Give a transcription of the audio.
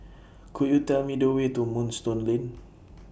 Could YOU Tell Me The Way to Moonstone Lane